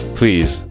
please